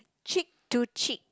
cheek to cheek